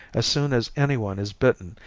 as soon as anyone is bitten,